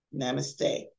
namaste